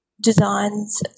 designs